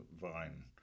vine